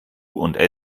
und